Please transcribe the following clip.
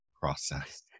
process